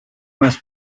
must